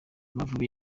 amavubi